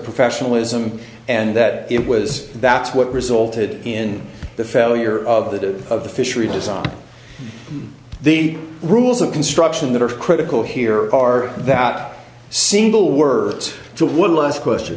professionalism and that it was that's what resulted in the failure of the of the fishery design the rules of construction that are critical here are that simple words to one last question